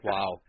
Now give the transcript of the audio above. Wow